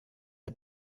der